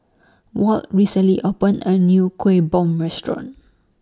Walt recently opened A New Kueh Bom Restaurant